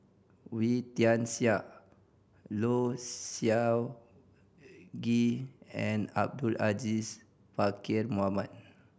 Wee Tian Siak Low Siew Nghee and Abdul Aziz Pakkeer Mohamed